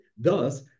thus